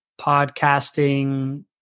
podcasting